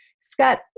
Scott